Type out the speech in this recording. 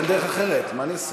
אין דרך אחרת, מה אני אעשה.